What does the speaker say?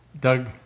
Doug